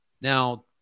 now